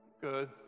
good